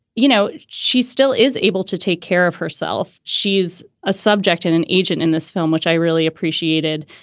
you know, she still is able to take care of herself. she's a subject and an agent in this film, which i really appreciated.